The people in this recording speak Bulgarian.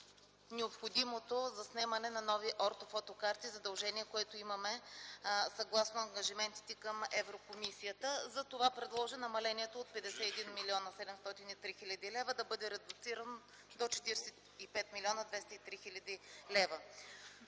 необходимото заснемане на нови ортофотокарти - задължение, което имаме, съгласно ангажиментите към Еврокомисията, затова предложи намалението от 51 млн. 703 хил. лв. да бъде редуцирано до 45 млн. 203 хил. лв.